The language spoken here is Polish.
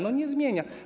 No nie zmienia.